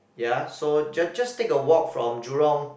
ya so ju~ just take a walk from Jurong